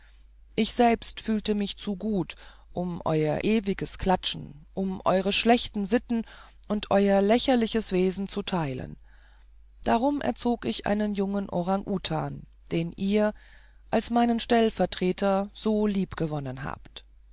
ich selbst fühlte mich zu gut um euer ewiges klatschen um eure schlechten sitten und euer lächerliches wesen zu teilen darum erzog ich einen jungen orang utan den ihr als meinen stellvertreter so liebgewonnen habt